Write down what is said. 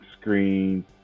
screen